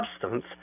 substance